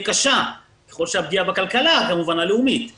קשה ככל שהפגיעה בכלכלה הלאומית תעמיק.